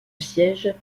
sièges